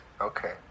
Okay